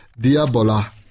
diabola